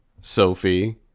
Sophie